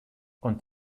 und